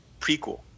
prequel